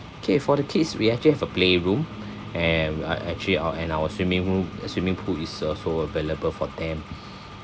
K for the kids we actually have a playroom and uh actually our and our swimming room uh swimming pool is also available for them